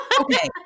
Okay